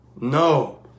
No